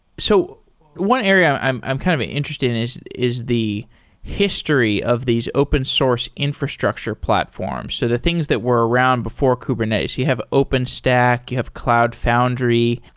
so one area i'm i'm kind of ah interested in is is the history of these open source infrastructure platforms. so the things that were around before kubernetes, you have openstack, you have cloud foundry.